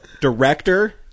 director